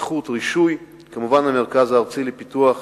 הבטיחות והרישוי וכמובן המרכז הארצי לפיתוח